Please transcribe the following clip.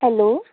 hello